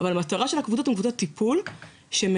המטרה של הקבוצות היא קבוצות טיפול שנותנות